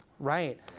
Right